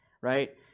right